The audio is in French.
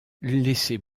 laissez